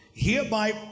Hereby